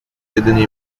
jedyne